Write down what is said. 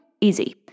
Easy